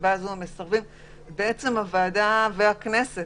הוועדה והכנסת